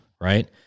right